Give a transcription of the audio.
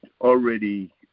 already